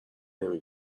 نمی